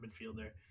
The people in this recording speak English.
midfielder